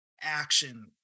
action